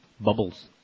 bubbles